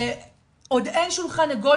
אין שולחן עד כה?